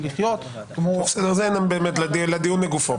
את הפירוט נבצע כשנדון בגוף החוק.